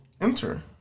enter